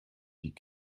die